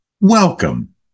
welcome